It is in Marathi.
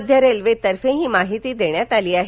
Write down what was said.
मध्य रेल्वे तर्फे ही माहिती देण्यात आली आहे